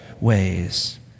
ways